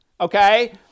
okay